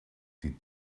die